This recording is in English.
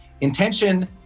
Intention